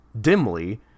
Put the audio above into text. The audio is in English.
Dimly